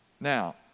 Now